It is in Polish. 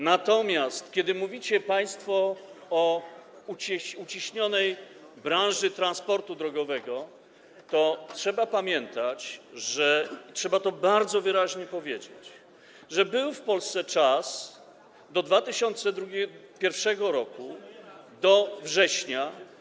Natomiast kiedy mówicie państwo o uciśnionej branży transportu drogowego, to trzeba pamiętać, trzeba to bardzo wyraźnie powiedzieć, że był w Polsce czas do 2001 r. do września.